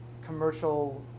commercial